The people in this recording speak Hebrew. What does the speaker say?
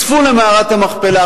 נכספו למערת המכפלה.